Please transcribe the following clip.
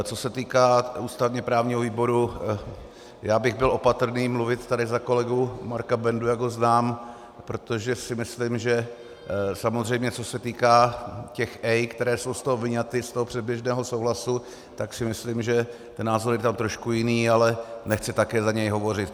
Co se týká ústavněprávního výboru, já bych byl opatrný mluvit tady za kolegu Marta Bendu, jak ho znám, protože si myslím, že samozřejmě co se týká těch EIA, které jsou z toho vyňaty, z toho předběžného souhlasu, tak si myslím, že ten názor je tam trošku jiný, ale nechci také za něj hovořit.